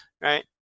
right